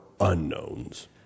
unknowns